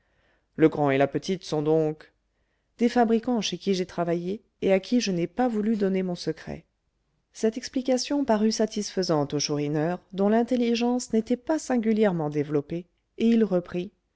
le grand et la petite sont donc des fabricants chez qui j'ai travaillé et à qui je n'ai pas voulu donner mon secret cette explication parut satisfaisante au chourineur dont l'intelligence n'était pas singulièrement développée et il reprit